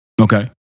Okay